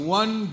one